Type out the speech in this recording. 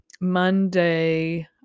Monday